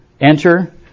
enter